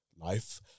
life